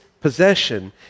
possession